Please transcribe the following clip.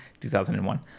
2001